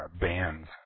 bands